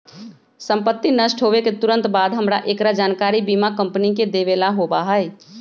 संपत्ति नष्ट होवे के तुरंत बाद हमरा एकरा जानकारी बीमा कंपनी के देवे ला होबा हई